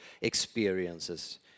experiences